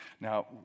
Now